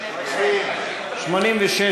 מצביעים.